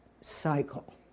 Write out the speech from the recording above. cycle